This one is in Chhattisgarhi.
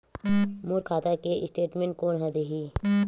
मोर खाता के स्टेटमेंट कोन ह देही?